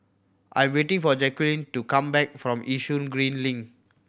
I am waiting for Jacquelynn to come back from Yishun Green Link